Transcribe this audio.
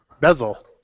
bezel